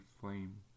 flame